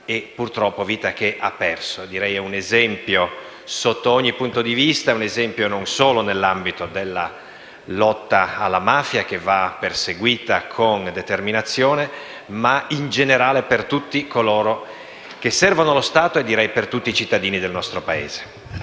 ha perso. Direi che egli è stato un esempio sotto ogni punto di vista, non solo nell'ambito della lotta alla mafia, che va perseguita con determinazione, ma in generale per tutti coloro che servono lo Stato e per tutti i cittadini del nostro Paese.